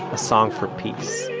a song for peace.